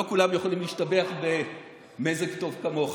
לא כולם יכולים להשתבח במזג טוב כמוך.